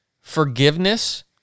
forgiveness